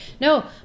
No